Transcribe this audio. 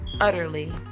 utterly